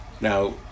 Now